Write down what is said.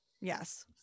Yes